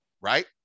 right